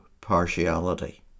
partiality